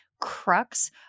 crux